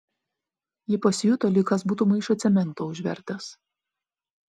ji pasijuto lyg kas būtų maišą cemento užvertęs